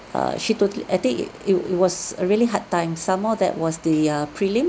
uh she totally I think it it was a really hard time some more that was the uh prelims